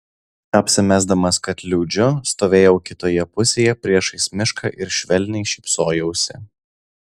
apsimesdamas kad liūdžiu stovėjau kitoje pusėje priešais mišką ir švelniai šypsojausi